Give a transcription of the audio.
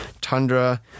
tundra